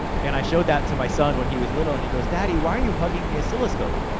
and i showed that to my son when he was little, and he goes, daddy, why are you hugging the oscilloscope?